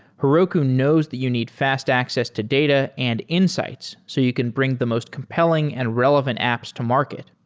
heroku knows that you need fast access to data and insights so you can bring the most compelling and relevant apps to market.